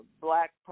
black